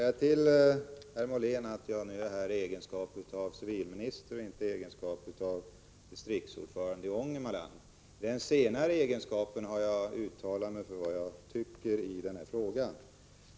Herr talman! Får jag säga till herr Molén att jag är här i egenskap av civilminister och inte i egenskap av distriktsordförande i Ångermanland. I den senare egenskapen har jag uttalat vad jag tycker i den här frågan.